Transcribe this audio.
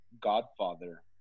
godfather